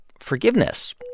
forgiveness